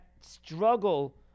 struggle